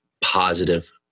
positive